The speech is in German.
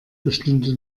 bestünde